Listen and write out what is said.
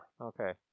okay